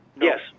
Yes